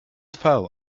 fell